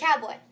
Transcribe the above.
cowboy